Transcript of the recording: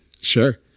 sure